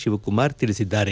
ಶಿವಕುಮಾರ್ ತಿಳಿಸಿದ್ದಾರೆ